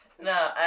no